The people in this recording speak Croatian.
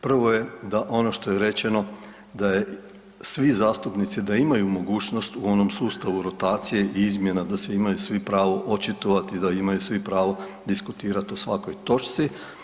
Prvo je da ono što je rečeno da svi zastupnici imaju mogućnost u onom sustavu rotacije i izmjena da se imaju svi pravo očitovati i da imaju svi pravo diskutirati o svakoj točci.